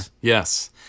Yes